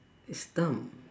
it's dumb